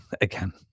again